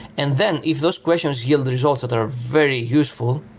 and then if those questions yield the results that are very useful,